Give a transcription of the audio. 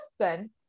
husband